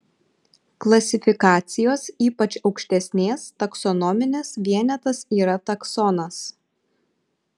klasifikacijos ypač aukštesnės taksonominės vienetas yra taksonas